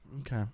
Okay